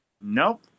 Nope